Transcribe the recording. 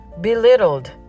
belittled